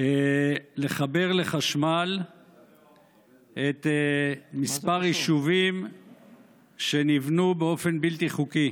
לחבר לחשמל כמה יישובים שנבנו באופן בלתי חוקי.